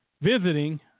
visiting